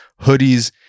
hoodies